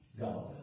God